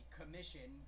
commission